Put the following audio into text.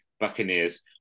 Buccaneers